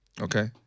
Okay